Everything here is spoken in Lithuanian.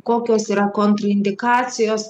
kokios yra kontraindikacijos